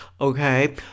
Okay